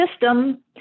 system